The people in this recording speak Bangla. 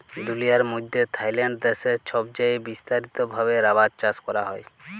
দুলিয়ার মইধ্যে থাইল্যান্ড দ্যাশে ছবচাঁয়ে বিস্তারিত ভাবে রাবার চাষ ক্যরা হ্যয়